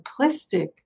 simplistic